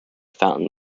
fountain